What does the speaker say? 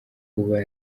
kuba